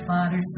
Father